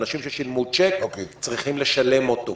אנשים ששילמו צ'ק, צריכים לשלם אותו.